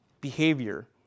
behavior